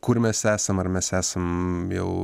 kur mes esam ar mes esam jau